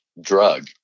drug